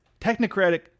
Technocratic